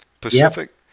Pacific